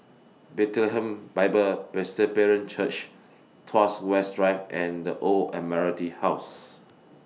Bethlehem Bible Presbyterian Church Tuas West Drive and The Old Admiralty House